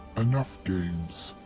enough games.